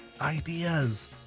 ideas